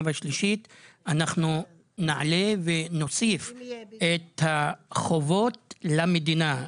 והשלישית אנחנו נעלה ונוסיף את החובות למדינה,